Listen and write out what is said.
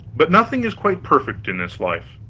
but nothing is quite perfect in this life,